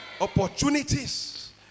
Opportunities